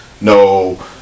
no